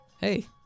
Hey